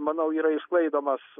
manau yra išsklaidomos